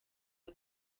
ako